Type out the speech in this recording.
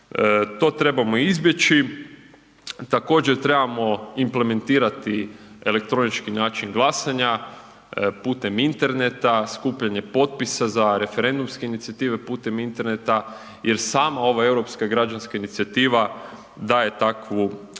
To trebamo izbjeći, također trebamo implementirati elektronički način glasanja putem interneta, skupljanje potpisa za referendumske inicijative putem interneta jer sama ova europska građanska inicijativa daje takvu poruku